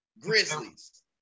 Grizzlies